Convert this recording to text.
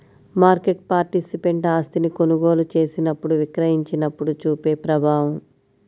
market participant ఆస్తిని కొనుగోలు చేసినప్పుడు, విక్రయించినప్పుడు చూపే ప్రభావం